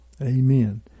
Amen